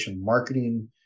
marketing